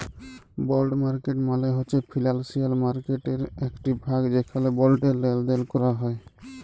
বল্ড market মালে হছে financial মার্কেটটর একট ভাগ যেখালে বল্ডের লেলদেল ক্যরা হ্যয়